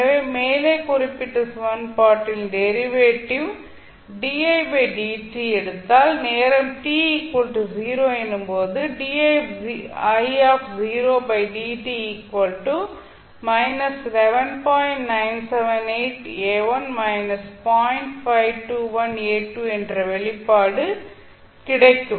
எனவே மேலே குறிப்பிட்ட சமன்பாட்டின் டெரிவேட்டிவ் எடுத்தால் நேரம் t 0 எனும் போது என்ற வெளிப்பாடு கிடைக்கும்